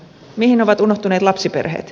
mihin ovat unohtuneet lapsiperheet